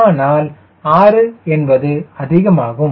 ஆனால் ஆறு என்பது அதிகமாகும்